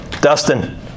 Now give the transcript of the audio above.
Dustin